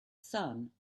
sun